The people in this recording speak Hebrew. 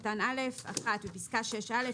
"(א)בסעיף קטן (א) (1)בפסקה (6א),